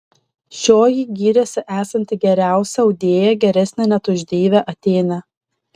šioji gyrėsi esanti geriausia audėja geresnė net už deivę atėnę